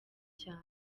cyane